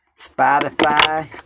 Spotify